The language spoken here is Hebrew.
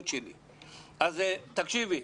תקשיבי,